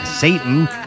Satan